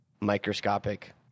microscopic